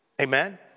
Amen